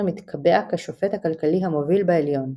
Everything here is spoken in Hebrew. מתקבע כשופט הכלכלי המוביל בעליון,